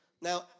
Now